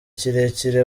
kirekire